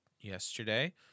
yesterday